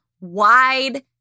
wide